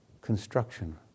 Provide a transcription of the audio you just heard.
construction